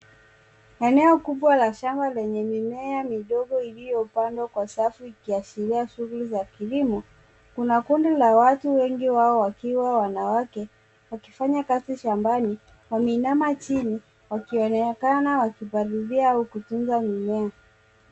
Eneo kubwa la shamba lenye mimea midogo iliyopandwa kwa safu ikiashiria shughuli za kilimo. Kuna kundi la watu wengi wao wakiwa wanawake wakifanya kazi shambani. Wameinama chini wakionekana wakipalilia au kutunza mimea.